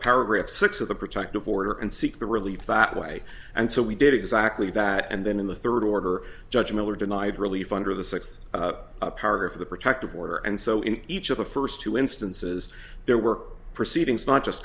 paragraph six of the protective order and seek the relief that way and so we did exactly that and then in the third order judge miller denied relief under the six power of the protective order and so in each of the first two instances there were proceedings not just